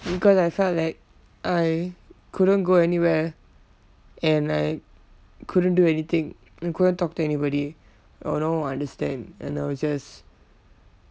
because I felt like I couldn't go anywhere and I couldn't do anything I couldn't talk to anybody or no one will understand you know it's just